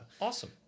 awesome